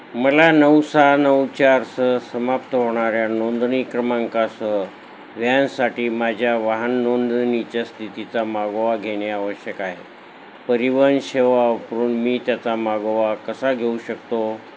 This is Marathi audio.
मला नऊ सहा नऊ चारसह समाप्त होणाऱ्या नोंदणी क्रमांकासह व्यानसाठी माझ्या वाहन नोंदणीच्या स्थितीचा मागोवा घेणे आवश्यक आहे परिवहन सेवा वापरून मी त्याचा मागोवा कसा घेऊ शकतो